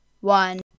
one